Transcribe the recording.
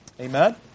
Amen